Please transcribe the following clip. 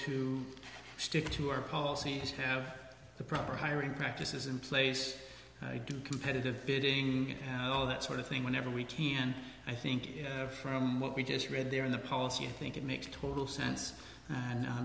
to stick to our policies have the proper hiring practices in place competitive bidding and all that sort of thing whenever we can i think from what we just read there in the polls you think it makes total sense and